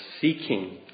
seeking